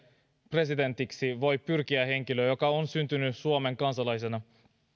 presidentiksi voi pyrkiä henkilö joka on syntynyt suomen kansalaisena